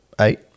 eight